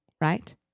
right